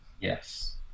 Yes